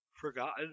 Forgotten